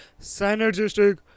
synergistic